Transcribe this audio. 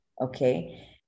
okay